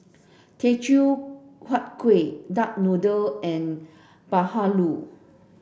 Teochew Huat Kuih duck noodle and Bahulu